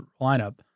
lineup